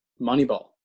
Moneyball